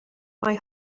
mae